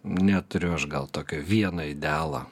neturiu aš gal tokio vieno idealo